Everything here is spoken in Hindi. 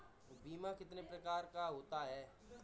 बीमा कितने प्रकार का होता है?